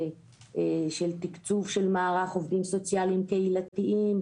של תקצוב של מערך עובדים סוציאליים קהילתיים,